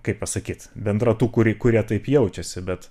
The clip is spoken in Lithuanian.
kaip pasakyt bendra tų kuri kurie taip jaučiasi bet